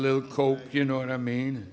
little coke you know what i mean